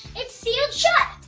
it's sealed shut!